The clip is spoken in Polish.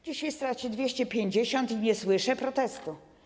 Dzisiaj straci 250 i nie słyszę protestu.